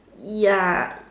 ya